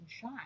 shy